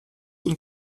und